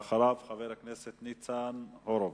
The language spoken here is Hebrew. ואחריו, חבר הכנסת ניצן הורוביץ.